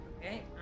okay